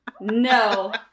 No